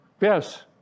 Yes